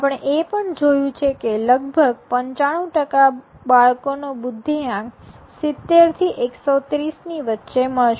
આપણે એ પણ જોયું છે કે લગભગ ૯૫ બાળકોનો બુદ્ધિઆંક ૭૦ થી ૧૩૦ ની વચ્ચે મળશે